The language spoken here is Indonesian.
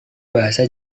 bahasa